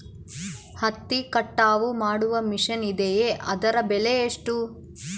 ಹತ್ತಿ ಕಟಾವು ಮಾಡುವ ಮಿಷನ್ ಇದೆಯೇ ಅದರ ಬೆಲೆ ಎಷ್ಟು?